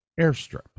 airstrip